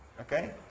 Okay